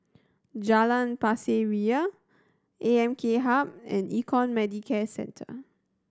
Jalan Pasir Ria A M K Hub and Econ Medicare Centre